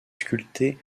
sculptée